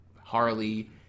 Harley